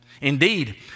Indeed